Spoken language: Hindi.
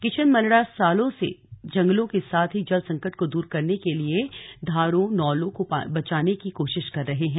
किशन मलड़ा सालों से जंगलों के साथ ही जल संकट को दूर करने के लिए धारों नौलों को बचाने की कोशिश कर रहे हैं